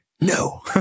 No